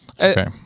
Okay